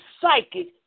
psychic